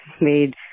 made